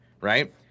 right